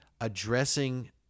addressing